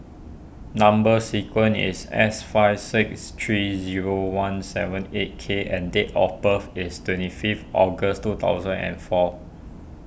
Number Sequence is S five six three zero one seven eight K and date of birth is twenty fifth August two thousand and four